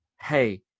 hey